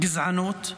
גזענות.